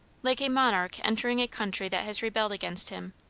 like a monarch entering a country that has rebelled against him.